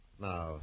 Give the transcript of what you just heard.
Now